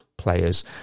players